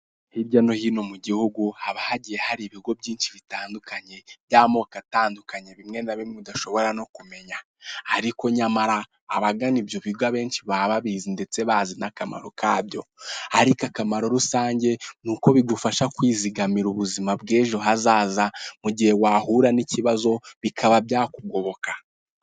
Hirya no hino mu gihugu haba hagiye hari ibigo byinshi bitandukanye by'amoko atandukanye bimwe na bimwe dushobora no kumenya, ariko nyamara abagana ibyo bigo benshi baba babizi ndetse bazi n'akamaro kabyo ariko akamaro rusange ni uko bigufasha kwizigamira ubuzima bw'ejo hazaza mu gihe wahura n'ikibazo bikaba byakugoboka.